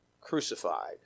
crucified